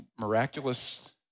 miraculous